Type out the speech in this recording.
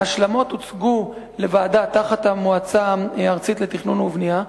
ההשלמות הוצגו לוועדה תחת המועצה הארצית לתכנון ובנייה,